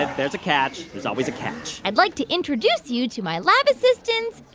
ah there's a catch. there's always a catch i'd like to introduce you to my lab assistants,